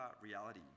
reality